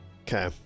Okay